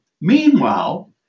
Meanwhile